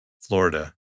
Florida